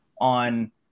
on